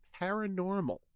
paranormal